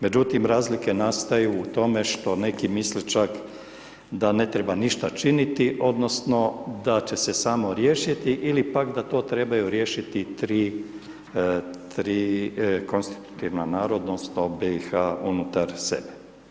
Međutim, razlike nastaju u tome što neki misle čak da ne treba ništa činiti odnosno da će se samo riješiti ili pak da to trebaju riješiti tri konstitutivna naroda, odnosno BiH unutar sebe.